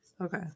Okay